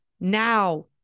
now